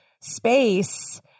space